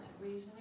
reasoning